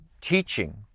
teaching